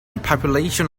population